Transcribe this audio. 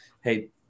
hey